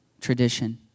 tradition